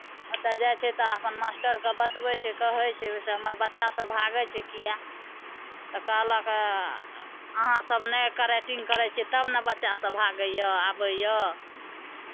ओतय जाइ छै तऽ अपन मास्टरकेँ बतबै छै कहै छै ओहिसँ हमर बच्चासभ भागै छै किएक तऽ कहलक अहाँसभ नहि कड़ैतिन करै छियै तब ने बच्चासभ भागैए आबैए